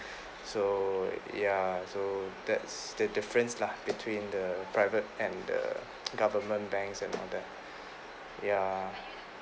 so ya so that's the difference lah between the private and the government banks and all that ya